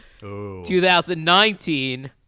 2019